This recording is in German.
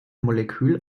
molekül